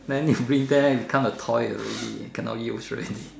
then you bring there become a toy already cannot use already